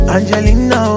Angelina